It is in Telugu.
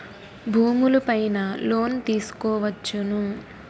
భూములు పైన లోన్ తీసుకోవచ్చును